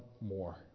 more